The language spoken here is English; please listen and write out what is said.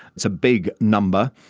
it's a big number.